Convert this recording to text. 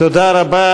תודה רבה.